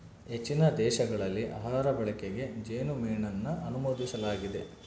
ಹೆಚ್ಚಿನ ದೇಶಗಳಲ್ಲಿ ಆಹಾರ ಬಳಕೆಗೆ ಜೇನುಮೇಣನ ಅನುಮೋದಿಸಲಾಗಿದೆ